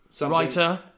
Writer